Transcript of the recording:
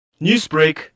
Newsbreak